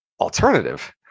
alternative